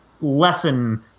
lesson